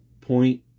point